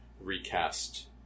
recast